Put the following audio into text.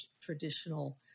traditional